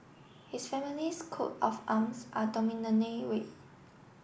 his family's coat of arms are dominantly red